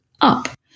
up